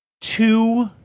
two